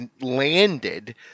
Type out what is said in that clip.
landed